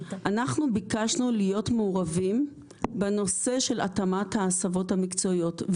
ביקשנו להיות מעורבים בנושא של התאמת ההסבות המקצועיות,